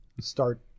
start